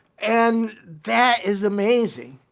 and that is amazing.